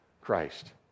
Christ